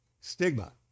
Stigma